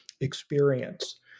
experience